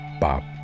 Bob